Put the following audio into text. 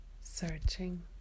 searching